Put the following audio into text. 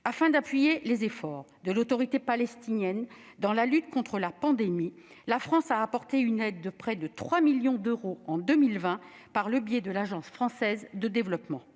Afin d'appuyer les efforts de l'Autorité palestinienne dans la lutte contre la pandémie, la France a apporté une aide de près de 3 millions d'euros en 2020 par le biais de l'Agence française de développement.